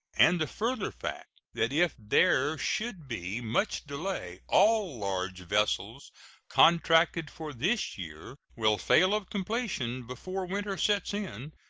and the further fact that if there should be much delay all large vessels contracted for this year will fail of completion before winter sets in,